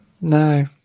no